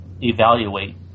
evaluate